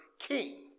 King